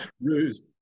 Ruse